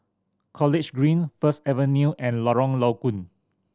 College Green First Avenue and Lorong Low Koon